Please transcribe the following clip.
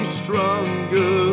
stronger